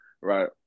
Right